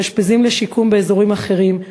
מתאשפזים לשיקום באזורים אחרים,